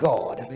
God